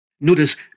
Notice